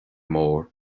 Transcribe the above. mór